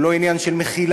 הוא לא עניין של מחילה,